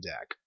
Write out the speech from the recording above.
Deck